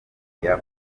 media